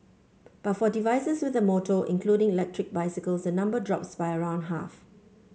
but for devices with a motor including electric bicycles the number drops by around half